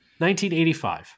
1985